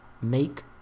make